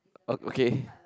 ek okay